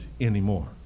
anymore